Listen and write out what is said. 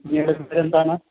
madam എന്താണ്